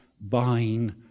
buying